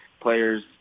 players